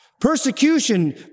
persecution